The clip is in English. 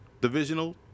Divisional